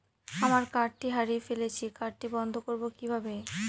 আমার কার্ডটি হারিয়ে ফেলেছি কার্ডটি বন্ধ করব কিভাবে?